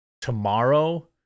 tomorrow